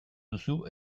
duzu